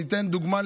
ניתן דוגמה.